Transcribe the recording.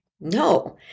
No